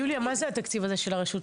יוליה, מה זה התקציב הזה של הרשות?